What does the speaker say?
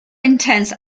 intense